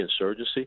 insurgency